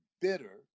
bitter